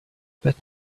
but